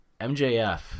MJF